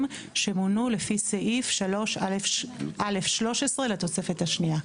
שמונו לפי סעיף 3(א)(13) לתוספת השנייה".